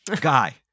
guy